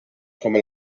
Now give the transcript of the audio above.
come